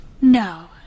No